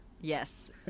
Yes